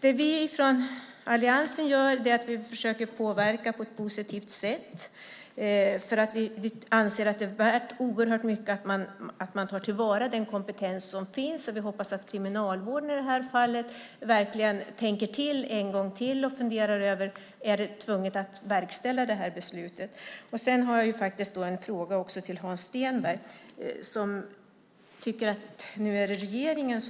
Det vi från alliansen gör är att vi försöker påverka på ett positivt sätt för att vi anser att det är värt oerhört mycket att man tar till vara den kompetens som finns. Jag hoppas att Kriminalvården i det här fallet verkligen tänker till en gång till och funderar över om det är tvunget att verkställa det här beslutet. Sedan har jag faktiskt en fråga till Hans Stenberg som tycker att det nu är regeringen